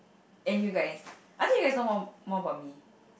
and you guys I think you guys know more more about me